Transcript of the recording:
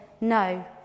no